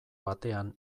batean